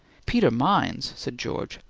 peter mines! said george.